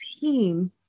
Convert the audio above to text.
team